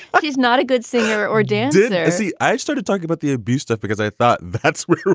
she's not a good singer or dancer. yeah i see. i started talking about the abuse stuff because i thought that's what